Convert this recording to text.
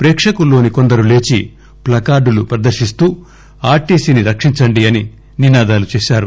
ప్రేక్షకుల్లోని కొందరు లేచి నిలుచుని ప్లకార్డులు ప్రదర్శిస్తూ ఆర్టీసీని రక్షించండి అని నినాదాలు చేశారు